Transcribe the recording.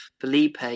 Felipe